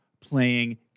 playing